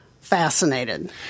fascinated